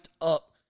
up